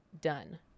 Done